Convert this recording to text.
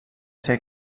ser